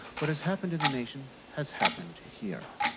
what has happened in the nation has happened here.